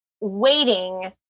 waiting